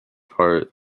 part